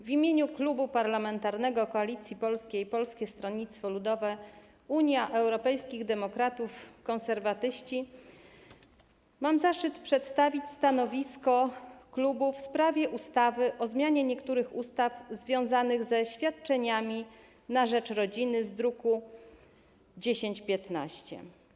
W imieniu Klubu Parlamentarnego Koalicja Polska - Polskie Stronnictwo Ludowe, Unia Europejskich Demokratów, Konserwatyści mam zaszczyt przedstawić stanowisko klubu w sprawie projektu ustawy o zmianie niektórych ustaw związanych ze świadczeniami na rzecz rodziny z druku nr 1015.